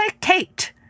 Kate